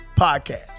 podcast